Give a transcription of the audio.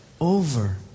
over